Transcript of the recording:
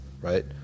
right